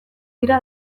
dira